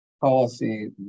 policy